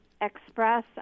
express